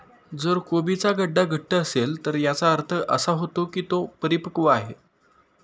जर कोबीचा गड्डा घट्ट असेल तर याचा अर्थ असा होतो की तो परिपक्व आहे